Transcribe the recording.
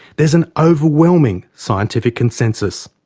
there is an overwhelming scientific consensus.